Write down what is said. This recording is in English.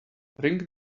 ring